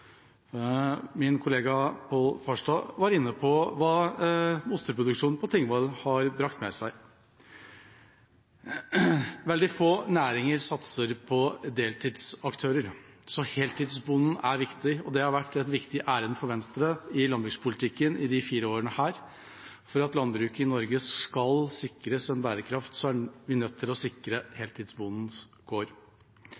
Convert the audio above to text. Min kollega Pål Farstad var inne på hva osteproduksjonen på Tingvoll har brakt med seg. Veldig få næringer satser på deltidsaktører, så heltidsbonden er viktig. Det har vært et viktig ærend for Venstre i landbrukspolitikken i disse fire årene. For at landbruket i Norge skal sikres bærekraft, er vi nødt til å sikre